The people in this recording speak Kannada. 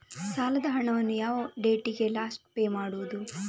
ಸಾಲದ ಹಣವನ್ನು ಯಾವ ಡೇಟಿಗೆ ಲಾಸ್ಟ್ ಪೇ ಮಾಡುವುದು?